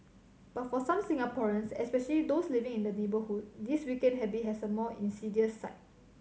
but for some Singaporeans especially those living in the neighbourhood this weekend habit has a more insidious side